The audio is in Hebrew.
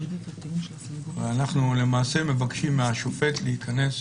אנחנו למעשה מבקשים מהשופט להיכנס